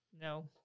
No